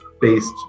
based